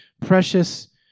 precious